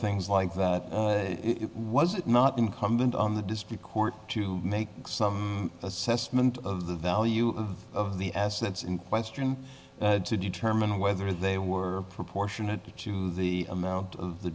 things like that was it not incumbent on the district court to make some assessment of the value of the assets in question to determine whether they were proportionate to the amount of the